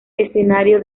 escenario